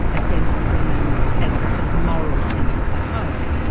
a sense of women as the sort of moral centre of the home.